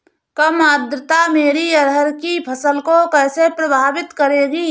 कम आर्द्रता मेरी अरहर की फसल को कैसे प्रभावित करेगी?